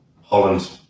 Holland